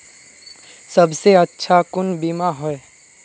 सबसे अच्छा कुन बिमा होय?